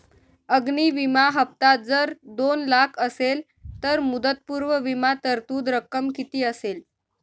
अग्नि विमा हफ्ता जर दोन लाख असेल तर मुदतपूर्व विमा तरतूद रक्कम किती असेल?